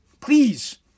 please